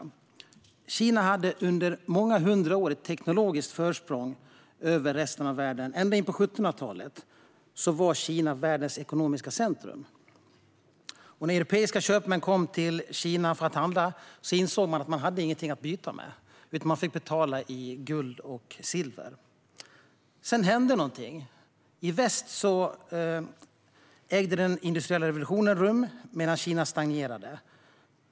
Kina hade under många hundra år ett teknologiskt försprång över resten av världen. Ända in på 1700-talet var Kina världens ekonomiska centrum. När europeiska köpmän kom till Kina för att handla insåg de snart att de inte hade någonting att byta med. I stället fick de betala i guld och silver. Sedan hände någonting. I väst ägde den industriella revolutionen rum, medan Kina stagnerade.